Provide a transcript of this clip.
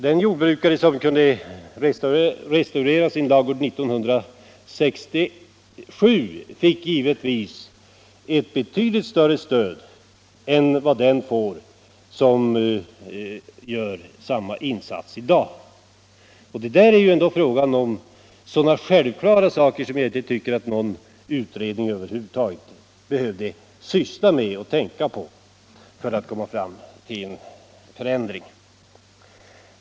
Den jordbrukare som 1967 restaurerade sin ladugård fick givetvis ett betydligt större stöd än den jordbrukare får som gör samma insats i dag. Att en indexuppräkning bör göras tycker jag är så självklart att det inte skulle behöva övervägas av någon utredning.